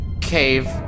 Cave